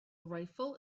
rifle